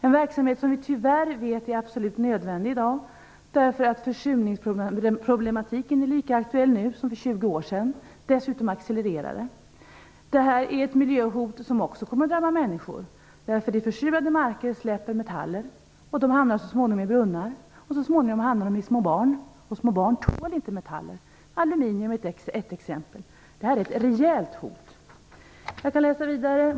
En verksamhet som tyvärr är nödvändig i dag eftersom försurningsproblemet är lika stort nu som för 20 år sedan. Det accelererar dessutom. Det är ett miljöhot som också kommer att drabba människor. Försurade marker ger ifrån sig metaller; de hamnar i brunnar och så småningom i små barn. Små barn tål inte metaller; aluminium är ett exempel. Det är ett rejält hot.